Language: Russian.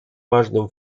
важным